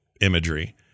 imagery